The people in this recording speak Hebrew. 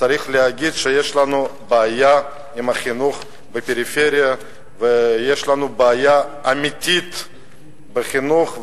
להגיד שיש לנו בעיה עם החינוך בפריפריה ויש לנו בעיה אמיתית בחינוך.